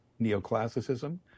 neoclassicism